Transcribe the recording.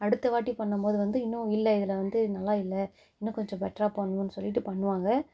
அடுத்தவாட்டி பண்ணும்போது வந்து இன்னும் இல்லை இதில் வந்து நல்லா இல்லை இன்னும் கொஞ்சம் பெட்ராக பண்ணணுன்னு சொல்லிட்டு பண்ணுவாங்க